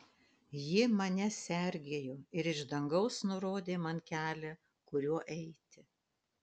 ji mane sergėjo ir iš dangaus nurodė man kelią kuriuo eiti